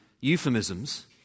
euphemisms